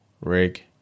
rig